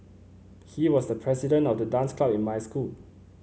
he was the president of the dance club in my school